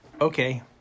Okay